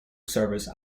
service